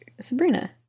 Sabrina